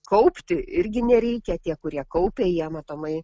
kaupti irgi nereikia tie kurie kaupė jie matomai